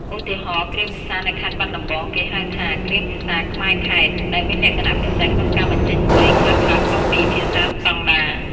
ឧទាហរណ៍ គ្រាមភាសានៅខេត្តបាត់ដំបង គេហៅថា "គ្រាមភាសាខ្មែរខេត្ត" ដែលមានលក្ខណៈពិសេសក្នុងការបញ្ចេញសំឡេងខ្លះៗខុសពីភាសាស្តង់ដារ។